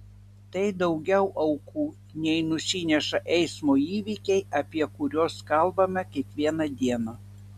tai daugiau aukų nei nusineša eismo įvykiai apie kuriuos kalbame kiekvieną dieną